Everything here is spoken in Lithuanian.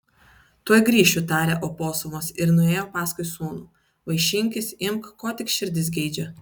tuoj grįšiu tarė oposumas ir nuėjo paskui sūnų vaišinkis imk ko tik širdis geidžia